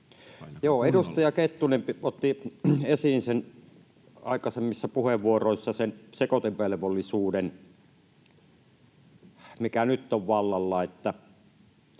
Edustaja Kettunen otti esiin aikaisemmissa puheenvuoroissa sen sekoitevelvollisuuden, mikä nyt on vallalla,